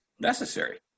necessary